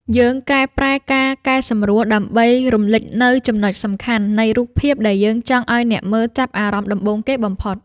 យើងប្រើការកែសម្រួលដើម្បីរំលេចនូវ ចំណុចសំខាន់ នៃរូបភាពដែលយើងចង់ឱ្យអ្នកមើលចាប់អារម្មណ៍ដំបូងគេបំផុត។